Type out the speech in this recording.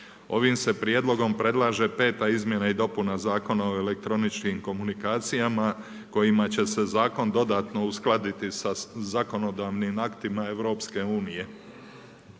Ovim se prijedlogom predlaže peta izmjena i dopuna Zakona o elektroničkim komunikacijama kojima će se zakon dodatno uskladiti sa zakonodavnim aktima EU. Temeljna